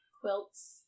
quilts